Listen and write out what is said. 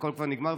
שהכול כבר נגמר,